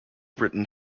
written